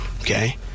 Okay